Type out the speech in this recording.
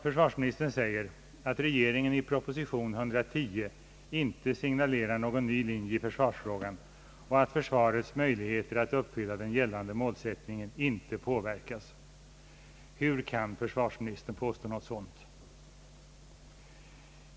Försvarsministern säger att regegeringen i propositionen nr 110 inte signalerar någon ny linje i försvarsfrågan och att försvarets möjligheter att uppfylla den gällande målsättningen inte påverkas. Hur kan försvarsministern påstå något sådant?